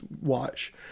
watch